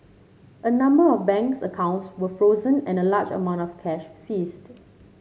a number of banks accounts were frozen and a large amount of cash seized